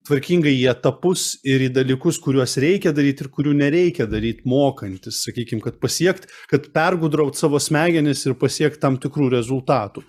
tvarkingai į etapus ir į dalykus kuriuos reikia daryt ir kurių nereikia daryt mokantis sakykim kad pasiekt kad pergudraut savo smegenis ir pasiekt tam tikrų rezultatų